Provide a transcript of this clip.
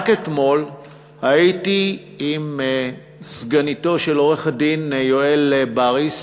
רק אתמול הייתי עם סגניתו של עורך-הדין יואל בריס,